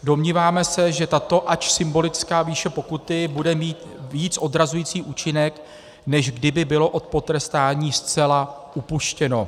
Domníváme se, že tato ač symbolická výše pokuty bude mít víc odrazující účinek, než kdyby bylo od potrestání zcela upuštěno.